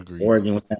Oregon